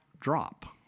drop